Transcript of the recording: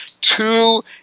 two